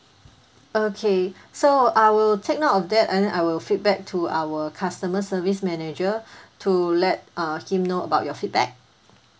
okay so I will take note of that and then I will feedback to our customer service manager to let uh him know about your feedback